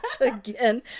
again